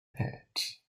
hat